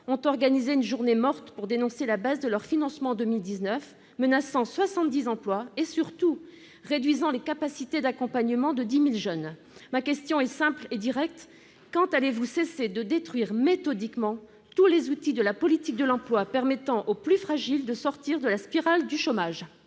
ont organisé une journée morte pour dénoncer la baisse de leur financement pour 2019, baisse qui menace 70 emplois et, surtout, réduit les capacités d'accompagnement pour 10 000 jeunes. Ma question est simple et directe : quand allez-vous cesser de détruire méthodiquement tous les outils de la politique de l'emploi permettant aux plus fragiles de sortir de la spirale du chômage ?